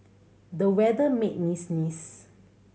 the weather made me sneeze